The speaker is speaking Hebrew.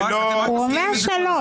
הוא אומר שלא.